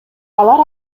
алар